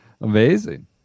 Amazing